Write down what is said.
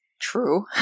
True